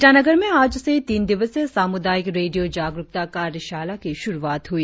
ईटानगर में आज से तीन दिवसीय सामुदायिक रेडियों जागरुकता कार्याशाला की शुरुआत हुई